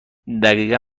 دقیقا